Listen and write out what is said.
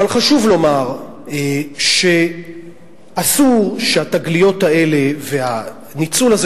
אבל חשוב לומר שאסור שהתגליות האלה והניצול הזה,